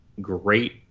great